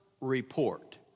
report